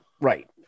right